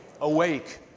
awake